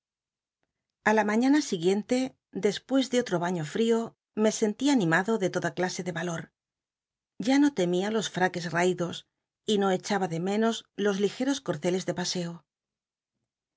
a la mañana siguiente despues de otr o baño frio me sentí an imado de toda clase de valor ya no temía los fmques raidos y no echaba de menos los ligei'os coi'celes de paseo